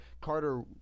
Carter